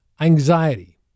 anxiety